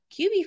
QB